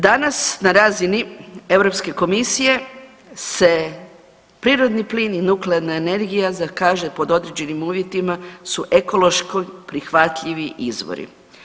Danas na razini Europske komisije se prirodni plin i nuklearna energija zakaže pod određenim uvjetima su ekološki prihvatljivi izvori.